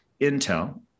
Intel